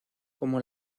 como